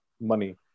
money